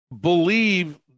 believe